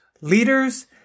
leaders